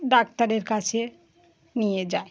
ডাক্তারের কাছে নিয়ে যায়